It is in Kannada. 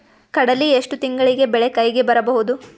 ಕಡಲಿ ಎಷ್ಟು ತಿಂಗಳಿಗೆ ಬೆಳೆ ಕೈಗೆ ಬರಬಹುದು?